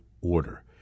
order